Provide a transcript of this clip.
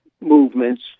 movements